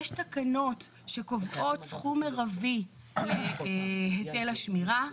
יש תקנות שקובעות סכום מרבי להיטל השמירה,